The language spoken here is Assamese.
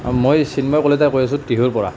মই চিন্ময় কলিতাই কৈ আছো টিহুৰ পৰা